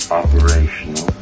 operational